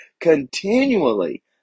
continually